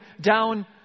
down